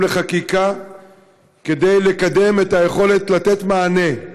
לחקיקה כדי לקדם את היכולת לתת מענה.